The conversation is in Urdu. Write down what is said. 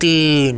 تین